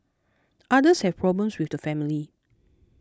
others have problems with the family